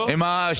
כן.